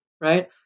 right